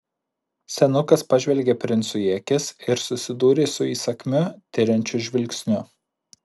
senukas pažvelgė princui į akis ir susidūrė su įsakmiu tiriančiu žvilgsniu